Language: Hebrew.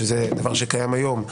שזה דבר שקיים היום,